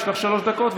יש לך שלוש דקות,